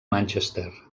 manchester